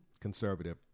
conservative